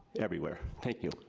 everywhere. thank you.